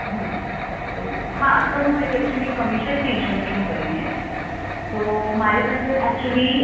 હમ્મ હા તો હું એક એકચ્યૂલિ કમિશન એજન્ટ છું કરીને તો મારી પાસે એક્ચ્યુલી